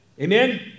Amen